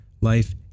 life